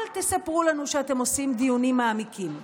אל תספרו לנו שאתם עושים דיונים מעמיקים.